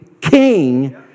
king